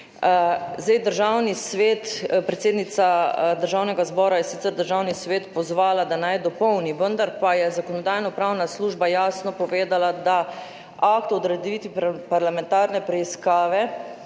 zdaj Državni svet. Predsednica Državnega zbora je sicer Državni svet pozvala, da naj dopolni, vendar pa je Zakonodajno-pravna služba jasno povedala, da akt o odreditvi parlamentarne preiskave